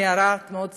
נערה מאוד צעירה,